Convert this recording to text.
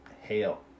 Hail